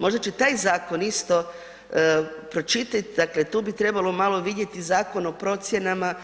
Možda će taj zakon isto, pročitajte, dakle tu bi trebalo malo vidjeti Zakon o procjenama,